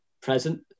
present